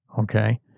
okay